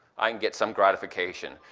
i can get some gratification.